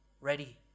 ready